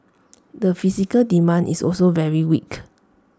the physical demand is also very weak